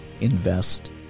Invest